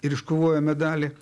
ir iškovojo medalį